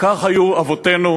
וכך היו אבותינו,